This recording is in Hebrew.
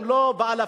הם לא אלפים,